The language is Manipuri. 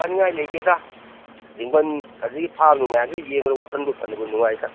ꯋꯥꯅꯤꯡꯉꯥꯏ ꯂꯩꯇꯦꯗ ꯔꯤꯡ ꯕꯟ ꯑꯗꯒꯤ ꯐꯥꯔꯝꯅꯨꯡ ꯃꯌꯥꯝꯁꯦ ꯌꯦꯡꯕꯗ ꯋꯥꯈꯜꯕꯨ ꯐꯅꯕꯨ ꯅꯨꯡꯉꯥꯏꯗ